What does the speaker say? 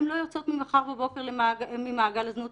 הן לא יוצאות ממחר בבוקר ממעגל הזנות,